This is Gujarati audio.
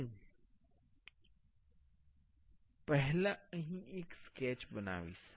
હું પહેલા અહીં એક સ્કેચ બનાવીશ